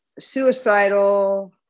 suicidal